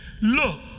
Look